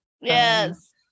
Yes